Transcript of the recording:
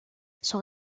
sont